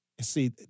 See